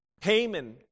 Haman